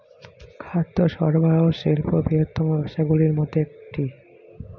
খাদ্য সরবরাহ শিল্প বৃহত্তম ব্যবসাগুলির মধ্যে একটি